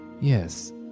Yes